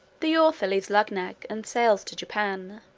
the author leaves luggnagg, and sails to japan.